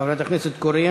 חברת הכנסת קורן.